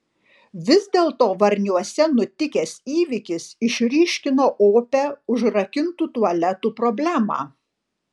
vis dėlto varniuose nutikęs įvykis išryškino opią užrakintų tualetų problemą